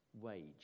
wage